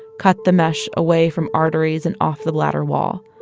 cut the mesh away from arteries and off the bladder wall.